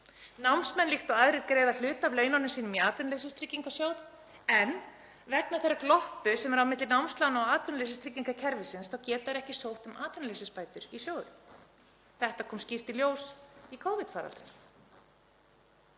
Námsmenn, líkt og aðrir, greiða hluta af launum sínum í Atvinnuleysistryggingasjóð en vegna þeirrar gloppu sem er á milli námslána og atvinnuleysistryggingakerfisins geta þeir ekki sótt um atvinnuleysisbætur í sjóðinn. Þetta kom skýrt í ljós í Covid-faraldrinum.